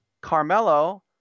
Carmelo